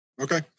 Okay